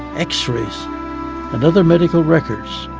x-rays and other medical records